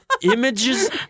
images